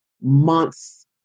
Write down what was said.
months